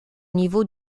niveau